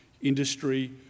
industry